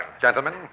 Gentlemen